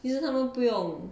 其實他们不用